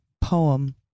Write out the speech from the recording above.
poem